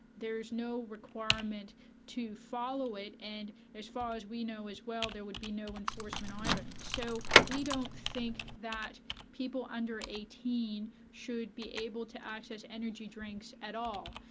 there is no requirement to follow it, and as far as we know as well there would be no enforcement either. so we don't think that people under eighteen should be able to access energy drinks at all.